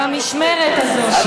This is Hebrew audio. אתם במשמרת הזאת.